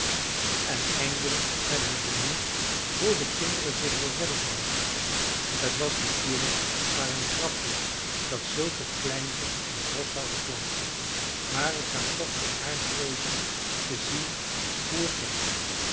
en eindelijk werden ze benieuwd hoe de kinderen zich wel redden zouden t was natuurlijk maar een grapje dat zulke kleintjes een bosch zouden planten maar t zou toch wel aardig wezen te zien hoe t ging